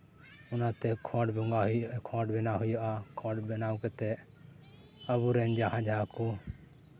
ᱚᱱᱟᱛᱮ ᱠᱷᱚᱸᱰ ᱵᱚᱸᱜᱟᱭ ᱦᱩᱭᱩᱜᱼᱟ ᱠᱷᱚᱸᱰ ᱵᱮᱱᱟᱣ ᱦᱩᱭᱩᱜᱼᱟ ᱠᱷᱚᱸᱰ ᱵᱮᱱᱟᱣ ᱠᱟᱛᱮᱫ ᱟᱵᱚ ᱨᱮᱱ ᱡᱟᱦᱟᱸ ᱡᱟᱦᱟᱸ ᱠᱚ